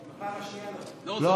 בפעם השנייה, לא.